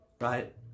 right